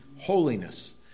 Holiness